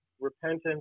repentance